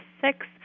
Six